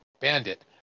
Bandit